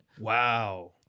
Wow